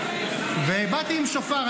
באתי עם שופר.